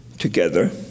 Together